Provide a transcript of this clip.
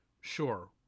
sure